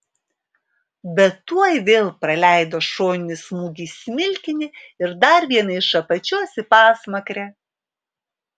bet tuoj vėl praleido šoninį smūgį į smilkinį ir dar vieną iš apačios į pasmakrę